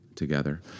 together